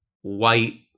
white